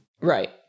Right